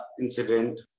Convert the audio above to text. incident